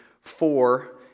four